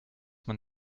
man